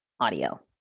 audio